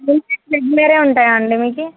periods regular గా ఉంటాయా అండి మీకీ